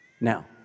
now